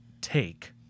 take